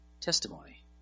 testimony